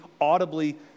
audibly